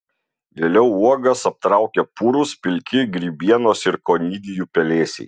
vėliau uogas aptraukia purūs pilki grybienos ir konidijų pelėsiai